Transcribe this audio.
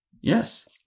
Yes